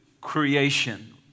creation